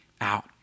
out